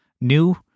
new